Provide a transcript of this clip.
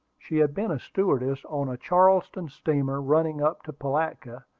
she had been a stewardess on a charleston steamer, running up to pilatka,